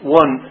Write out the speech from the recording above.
one